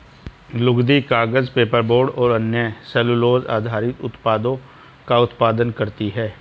लुगदी, कागज, पेपरबोर्ड और अन्य सेलूलोज़ आधारित उत्पादों का उत्पादन करती हैं